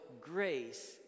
grace